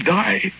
die